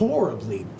Horribly